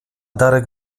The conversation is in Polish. darek